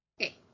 Okay